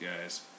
guys